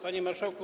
Panie Marszałku!